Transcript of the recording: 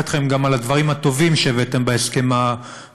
לברך אתכם גם על הדברים הטובים שהבאתם בהסכם הקואליציוני,